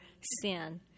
sin